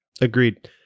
Agreed